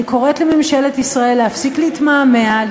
אני קוראת לממשלת ישראל להפסיק להתמהמה,